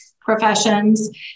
professions